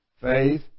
Faith